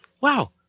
wow